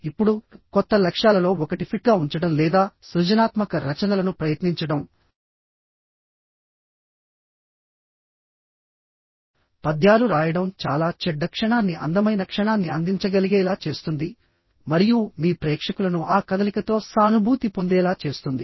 ఇప్పుడు కొత్త లక్ష్యాలలో ఒకటి ఫిట్గా ఉంచడం లేదా సృజనాత్మక రచనలను ప్రయత్నించడం పద్యాలు రాయడం చాలా చెడ్డ క్షణాన్ని అందమైన క్షణాన్ని అందించగలిగేలా చేస్తుంది మరియు మీ ప్రేక్షకులను ఆ కదలికతో సానుభూతి పొందేలా చేస్తుంది